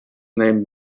named